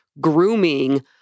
grooming